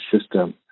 system